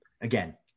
again